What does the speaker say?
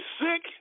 sick